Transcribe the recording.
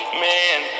man